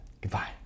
goodbye